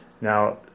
Now